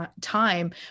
time